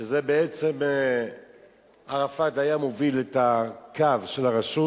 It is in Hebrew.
ובעצם ערפאת הוביל את הקו של הרשות,